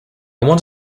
want